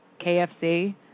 KFC